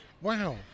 Wow